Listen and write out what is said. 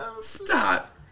Stop